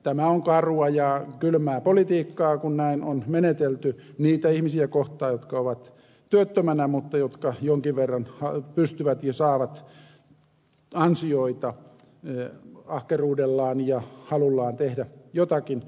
tämä on karua ja kylmää politiikkaa kun näin on menetelty niitä ihmisiä kohtaan jotka ovat työttöminä mutta jotka jonkin verran pystyvät ja saavat ansioita ahkeruudellaan ja halullaan tehdä jotakin